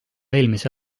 eelmise